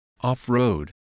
off-road